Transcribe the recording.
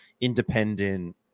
independent